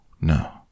No